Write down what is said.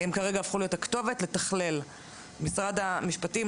הם כרגע הפכו להיות הכתובת לתכלל עם משרד המשפטים,